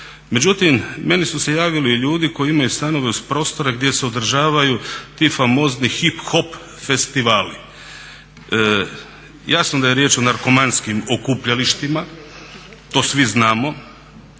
Međutim meni su se javili ljudi koji imaju stanove uz prostore gdje se održavaju ti famozni hip-hop festivali. Jasno da je riječ o narkomanskim okupljalištima, to svi znamo,